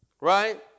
Right